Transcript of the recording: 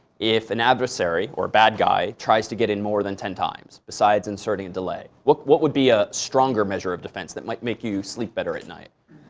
if an adversary or bad guy tries to get in more than ten times, besides inserting a delay. what what would be a stronger measure of defense that might make you sleep better at night?